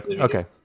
Okay